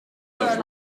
los